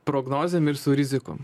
prognozėm ir su rizikom